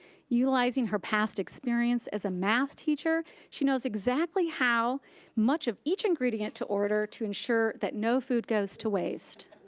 utilizing her past experience as a math teacher, she knows exactly how much of each ingredient to order to ensure that no food goes to waste.